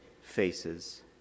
faces